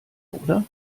oder